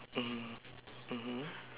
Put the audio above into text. mm mmhmm